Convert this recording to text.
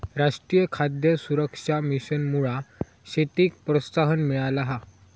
राष्ट्रीय खाद्य सुरक्षा मिशनमुळा शेतीक प्रोत्साहन मिळाला हा